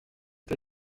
t’a